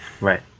Right